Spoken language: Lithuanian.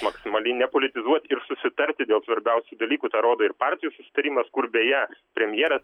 maksimaliai nepolitizuot ir susitarti dėl svarbiausių dalykų tą rodo ir partijų susitarimas kur beje premjeras